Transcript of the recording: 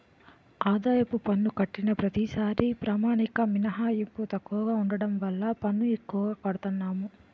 ఆదాయపు పన్ను కట్టిన ప్రతిసారీ ప్రామాణిక మినహాయింపు తక్కువగా ఉండడం వల్ల పన్ను ఎక్కువగా కడతన్నాము